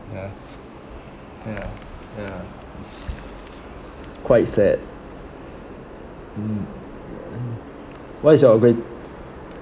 ya ya ya it's quite sad mm what is your great~